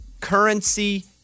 currency